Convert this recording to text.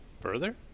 Further